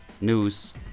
news